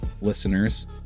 listeners